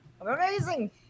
Amazing